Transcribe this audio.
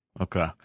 okay